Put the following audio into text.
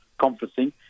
conferencing